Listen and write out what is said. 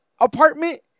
apartment